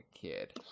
kid